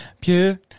pure